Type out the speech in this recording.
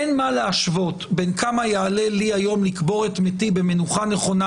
אין מה להשוות בין כמה יעלה לי היום לקבור את מתי במנוחה נכונה